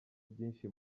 byinshi